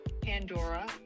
Pandora